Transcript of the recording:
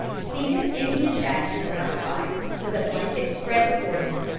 seated indian fashion around the fires, with a blanket spread before them,